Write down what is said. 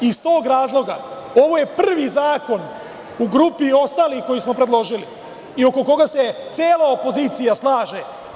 Iz tog razloga, ovo je prvi zakon u grupi ostalih koje smo predložili i oko koga se cela opozicija slaže.